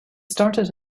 started